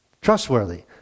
trustworthy